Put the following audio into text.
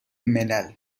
ملل